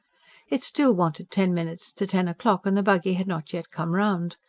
it still wanted ten minutes to ten o'clock and the buggy had not yet come round.